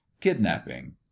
kidnapping